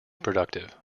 productive